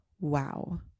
wow